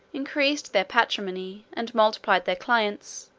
increased their patrimony, and multiplied their clients,